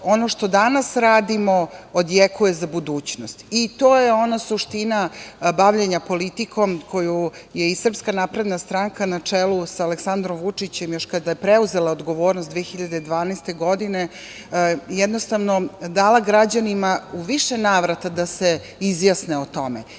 ono što danas radimo odjekuje za budućnost. To je ona suština bavljenja politikom koju je i Srpska napredna stranka, na čelu sa Aleksandrom Vučićem, još kada je preuzela odgovornost 2012. godine, jednostavno, dala građanima u više navrata da se izjasne o tome,